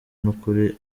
n’ukuri